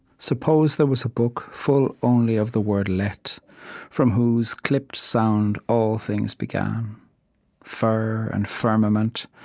suppose there was a book full only of the word let from whose clipped sound all things began fir and firmament,